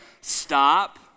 stop